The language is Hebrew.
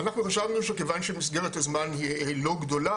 אנחנו חשבנו שכיוון שמסגרת הזמן היא לא גדולה,